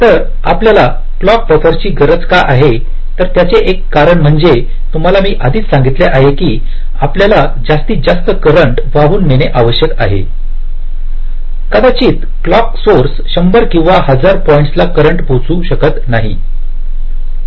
तर आपल्याला clock buffers ची गरज का आहे तर त्याचे एक कारण म्हणजे तुम्हाला मी आधीच सांगितले आहे की आपल्याला जास्तीत जास्त करंट वाहून नेणे आवश्यक आहे कदाचित क्लॉक सोर्स 100 किंवा 1000 पॉइंटला करंट पोचू शकत नाही